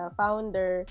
founder